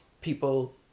people